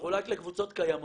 מחולק לקבוצות קיימות.